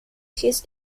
his